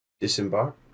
disembark